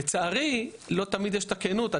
לצערי, לא תמיד יש הכנות.